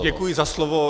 Děkuji za slovo.